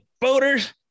boaters